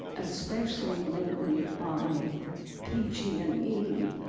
especially lately by pg and e,